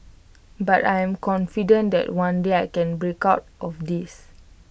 but I am confident that one day I can break out of this